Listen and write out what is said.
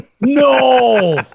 no